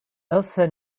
elsa